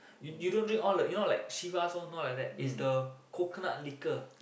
you don't drink all the you know like Chivas all no like that is the coconut liquor